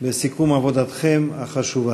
בסיכום עבודתכם החשובה.